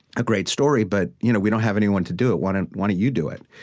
a great story, but you know we don't have anyone to do it. why don't why don't you do it?